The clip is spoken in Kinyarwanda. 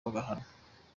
bagahanwa